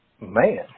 Man